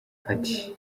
ati